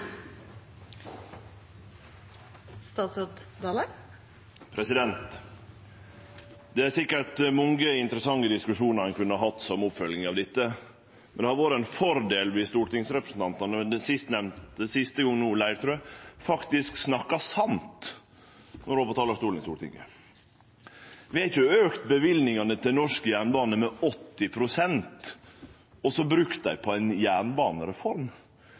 sikkert mange interessante diskusjonar ein kunne hatt som oppfølging av dette, men det hadde vore ein fordel om stortingsrepresentantane – som Leirtrø no sist – faktisk snakka sant når dei var på talarstolen i Stortinget. Vi har ikkje auka løyvingane til norsk jernbane med 80 pst. og brukt pengane på ei jernbanereform.